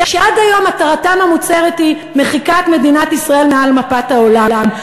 שעד היום מטרתם המוצהרת היא מחיקת מדינת ישראל מעל מפת העולם,